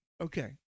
okay